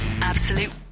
Absolute